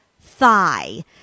thigh